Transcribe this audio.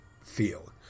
field